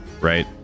right